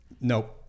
Nope